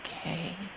okay